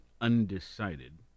undecided